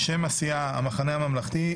שם הסיעה: המחנה הממלכתי.